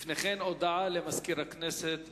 הודעה למזכיר הכנסת.